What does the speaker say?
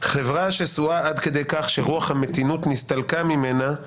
חברה שסועה עד כדי כך שרוח המתינות נסתלקה ממנה,